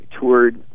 Toured